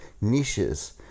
niches